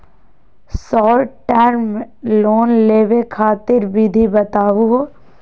Short term loan लेवे खातीर विधि बताहु हो?